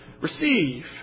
receive